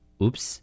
Oops